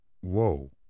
whoa